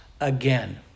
again